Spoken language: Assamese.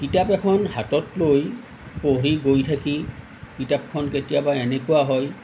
কিতাপ এখন হাতত লৈ পঢ়ি গৈ থাকি কিতাপখন কেতিয়াবা এনেকুৱা হয়